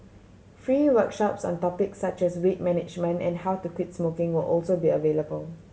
free workshops on topics such as weight management and how to quit smoking will also be available